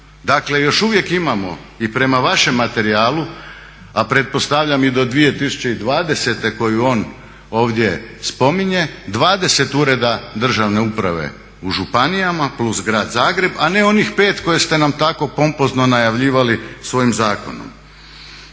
Dakle još uvijek imamo i prema vašem materijalu a pretpostavljam i do 2020. koju on ovdje spominje 20 ureda državne uprave u županijama plus grad Zagreb a ne onih 5 koje ste nam tako pompozno najavljivali svojim zakonom.